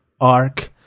Ark